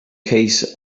case